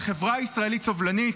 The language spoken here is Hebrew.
על חברה ישראלית סובלנית,